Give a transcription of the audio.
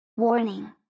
Warning